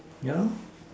yeah lor